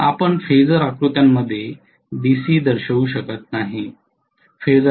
आपण फेझर आकृत्यामध्ये डीसी दर्शवू शकत नाही